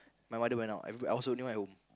my mother went out I'm also not at home